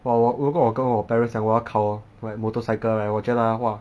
!wah! 我如果我跟我 parents 讲我要考 like motorcycle right 我觉得 !wah!